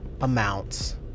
amounts